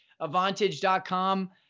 Avantage.com